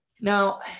Now